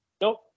Nope